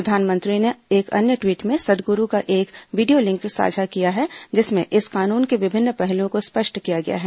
प्रधानमंत्री ने एक अन्य ट्वीट में सदगुरू का एक वीडियो लिंक साझा किया है जिसमें इस कानून के विभिन्न पहलुओं को स्पष्ट किया गया है